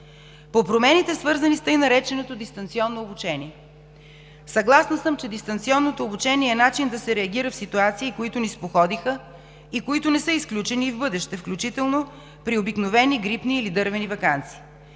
По промените, свързани с тъй нареченото дистанционно обучение – съгласна съм, че дистанционното обучение е начин да се реагира в ситуации, които ни споходиха и които не са изключени в бъдеще, включително при обикновени грипни или „дървени“ ваканции.